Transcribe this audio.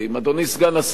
אדוני סגן השר,